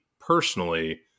personally